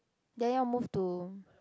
then you all move to